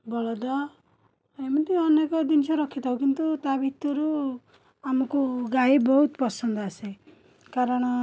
ବଳଦ ଏମିତି ଅନେକ ଜିନିଷ ରଖିଥାଉ କିନ୍ତୁ ତା'ଭିତରୁ ଆମକୁ ଗାଈ ବହୁତ ପସନ୍ଦ ଆସେ କାରଣ